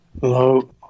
Hello